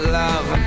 love